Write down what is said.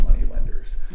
moneylenders